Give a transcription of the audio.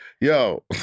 yo